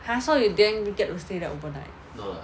!huh! so you didn't get to stay there overnight